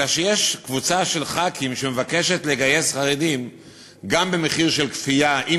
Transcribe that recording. אלא שיש קבוצה של חברי כנסת שמבקשת לגייס חרדים גם במחיר של כפייה,